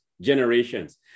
generations